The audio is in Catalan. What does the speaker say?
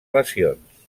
lesions